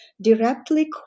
directly